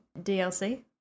DLC